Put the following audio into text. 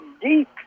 deep